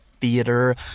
theater